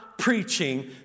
Preaching